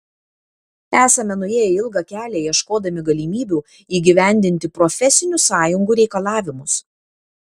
esame nuėję ilgą kelią ieškodami galimybių įgyvendinti profesinių sąjungų reikalavimus